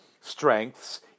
strengths